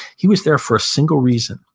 he was there for a single reason,